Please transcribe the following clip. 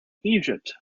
egypt